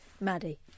Maddie